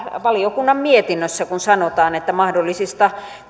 valiokunnan mietinnössä kun sanotaan että mahdollisista